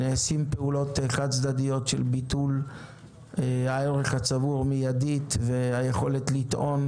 נעשות פעולות חד צדדיות של ביטול הערך הצבור מיידית והיכולת לטעון